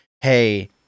hey